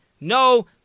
No